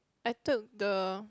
I took the